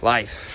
life